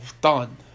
done